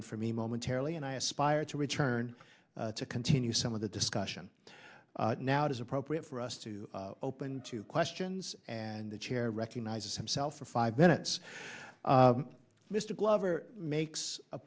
in for me momentarily and i aspire to return to continue some of the discussion now it is appropriate for us to open to questions and the chair recognizes himself for five minutes mr glover makes a